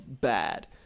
bad